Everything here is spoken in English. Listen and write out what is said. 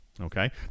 okay